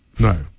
No